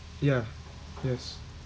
ya yes